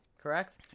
correct